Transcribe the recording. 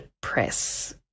Press